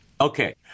Okay